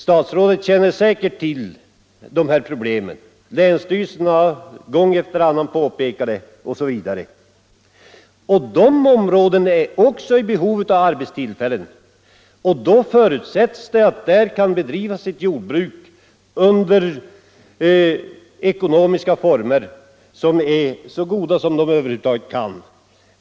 Statsrådet känner säkert till de här problemen. Länsstyrelsen har gång efter annan påpekat dem. De områdena är också i behov av arbetstillfällen, och då förutsätts det att där kan bedrivas ett jordbruk under så goda ekonomiska betingelser som över huvud taget är möjliga.